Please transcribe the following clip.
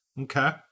Okay